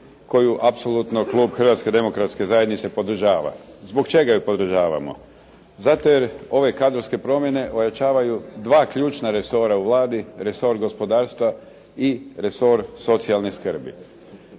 koju apsolutno klub HDZ-a podržava. Zbog čega je podržavamo? Zato jer ove kadrovske promjene ojačavaju 2 ključna resora u Vladi, resor gospodarstva i resor socijalne skrbi.